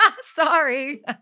Sorry